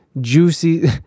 Juicy